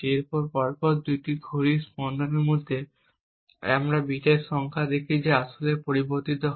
এবং পরপর দুটি ঘড়ির স্পন্দনের মধ্যে আমরা বিটের সংখ্যা দেখি যা আসলে পরিবর্তিত হয়